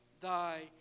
Thy